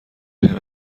بهم